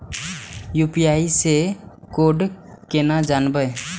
UPI से code केना जानवै?